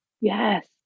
Yes